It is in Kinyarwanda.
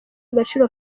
agaciro